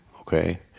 okay—